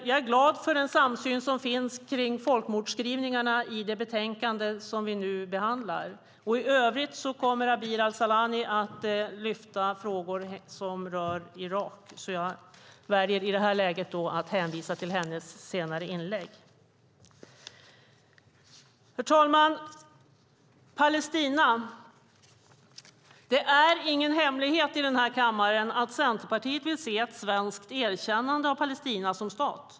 Jag är glad för den samsyn som finns kring folkmordsskrivningarna i det betänkande som vi nu behandlar. I övrigt kommer Abir Al-Sahlani att lyfta upp frågor som rör Irak, så jag väljer i det här läget att hänvisa till hennes senare inlägg. Herr talman! Beträffande Palestina: Det är ingen hemlighet här i kammaren att Centerpartiet vill se ett svenskt erkännande av Palestina som stat.